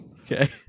okay